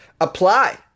apply